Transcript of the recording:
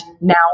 now